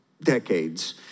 decades